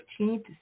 15th